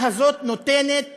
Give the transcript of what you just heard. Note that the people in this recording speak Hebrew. שנותנת